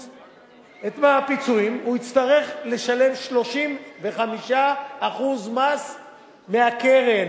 את הפיצויים, הוא יצטרך לשלם 35% מס מהקרן.